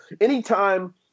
anytime